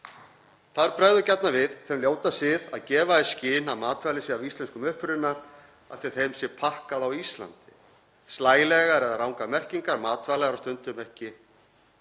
Þar bregður gjarnan við þeim ljóta sið að gefa í skyn að matvæli séu af íslenskum uppruna af því að þeim sé pakkað á Íslandi. Slælegar eða rangar merkingar matvæla eru stundum ekki